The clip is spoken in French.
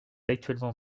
actuellement